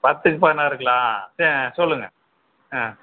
பத்துக்கு பதினாறுங்களா சே சொல்லுங்கள் ஆ